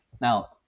Now